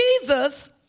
Jesus